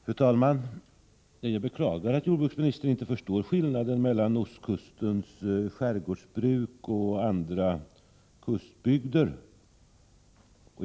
Fru talman! Jag beklagar att jordbruksministern inte förstår skillnaden mellan skärgårdsbruket på ostkusten och det i andra kustbygder.